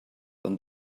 than